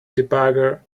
debugger